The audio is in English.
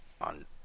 on